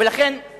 ולכן,